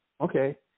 Okay